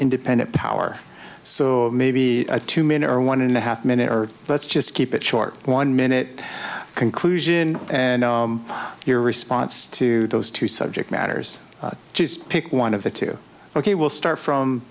independent power so maybe a two minute or one and a half minute or let's just keep it short one minute conclusion and your response to those two subject matters just pick one of the two ok we'll start from